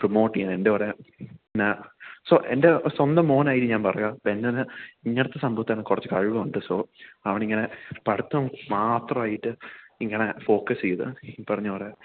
promote ചെയ്യൻ എൻ്റെ so എൻ്റെ സ്വന്തം മോനായിട്ട് ഞാൻ പറയുക ബെന്നിന് ഇങ്ങനെത്തെ സംഭവത്തിന് കുറച്ച് കഴിവ് ഉണ്ട് സോ അവനിങ്ങനെ പഠിത്തം മാത്രമായിട്ട് ഇങ്ങനെ ഫോക്കസ് ചെയ്ത് ഈ പറഞ്ഞപോലെ